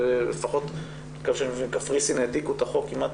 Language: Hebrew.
נאמר לי שקפריסין העתיקה את החוק.